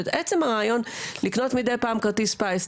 עצם הרעיון לקנות מידי פעם כרטיס פיס,